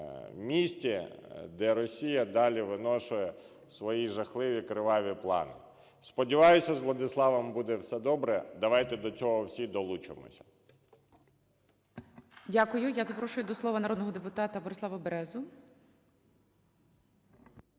де Росія далі виношує свої жахливі криваві плани. Сподіваюся, з Владиславом буде все добре. Давайте до цього всі долучимося. ГОЛОВУЮЧИЙ. Дякую. Я запрошую до слова народного депутата Борислава Березу.